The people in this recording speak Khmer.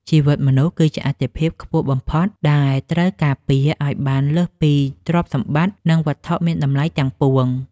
ជីវិតមនុស្ស គឺជាអាទិភាពខ្ពស់បំផុតដែលត្រូវការពារឱ្យបានលើសពីទ្រព្យសម្បត្តិ និងវត្ថុមានតម្លៃទាំងពួង។